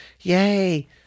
yay